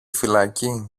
φυλακή